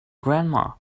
grandma